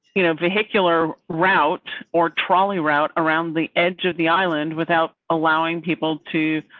you know particular route or trolley route around the edge of the island without allowing people to.